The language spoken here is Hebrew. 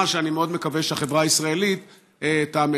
שאני מאוד מקווה שהחברה הישראלית תאמץ.